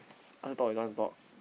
ask you talk you don't want talk